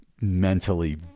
mentally